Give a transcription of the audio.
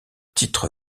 titre